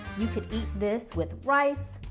you can eat this with rice,